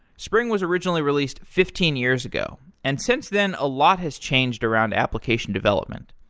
spring was originally released fifteen years ago and since then a lot has changed around application development.